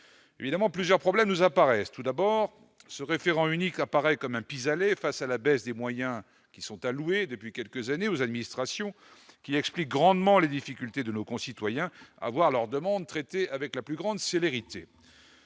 évidemment plusieurs problèmes nous apparaissent tout d'abord ce référent unique apparaît comme un pis-aller face à la baisse des moyens qui sont alloués depuis quelques années aux administrations qui expliquent grandement les difficultés de nos concitoyens à avoir leur demande traitée avec la plus grande sévérité